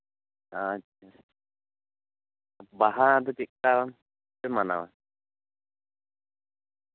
ᱟᱪᱪᱷᱟ ᱵᱟᱦᱟ ᱫᱚ ᱪᱮᱫ ᱠᱟᱯᱮ ᱢᱟᱱᱟᱣ